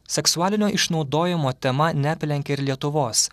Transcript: seksualinio išnaudojimo tema neaplenkė ir lietuvos